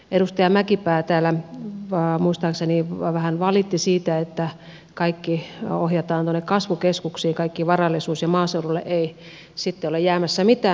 edustaja mäkipää täällä muistaakseni vähän valitti siitä että kaikki varallisuus ohjataan tuonne kasvukeskuksiin ja maaseudulle ei sitten ole jäämässä mitään